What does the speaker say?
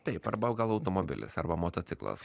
taip arba gal automobilis arba motociklas